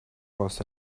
харж